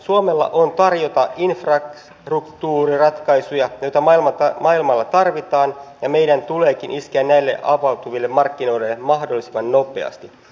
suomella on tarjota infrastruktuuriratkaisuja joita maailmalla tarvitaan ja meidän tuleekin iskeä näille avautuville markkinoille mahdollisimman nopeasti